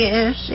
Yes